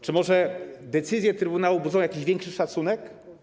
Czy może decyzje trybunału budzą jakiś większy szacunek?